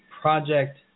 project